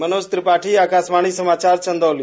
मनोज त्रिपाठी आकाशवाणी समाचार चंदौली